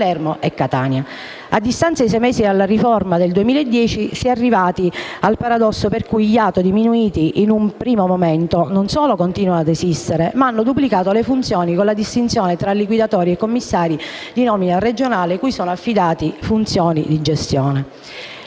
A distanza di sei anni dalla riforma del 2010, si è arrivati al paradosso per cui gli ATO, diminuiti in un primo momento, non solo continuano a esistere, ma hanno anche duplicato le funzioni con la distinzione tra liquidatori e commissari di nomina regionale cui sono affidate funzioni di gestione.